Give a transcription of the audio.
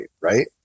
right